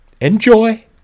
Enjoy